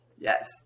Yes